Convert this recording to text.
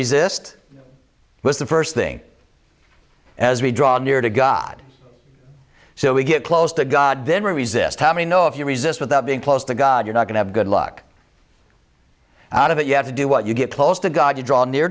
resist was the first thing as we draw near to god so we get close to god then resist how many know if you resist without being close to god you're not going to good luck out of it you have to do what you get close to god you draw near